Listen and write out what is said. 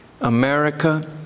America